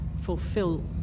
fulfill